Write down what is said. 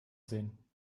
sehen